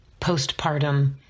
postpartum